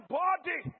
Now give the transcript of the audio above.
body